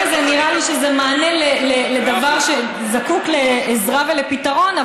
כרגע נראה לי שזה מענה לדבר שזקוק לעזרה ולפתרון,